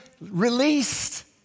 released